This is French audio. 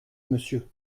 monsieur